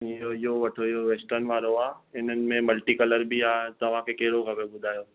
इहो इहो वठो इहो वेस्टर्न वारो आहे इननि में मल्टी कलर बि आहे तव्हांखे कहिड़ो खपे ॿुधायो